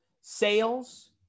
sales